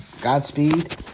Godspeed